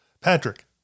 Patrick